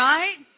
Right